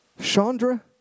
Chandra